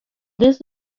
this